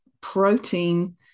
protein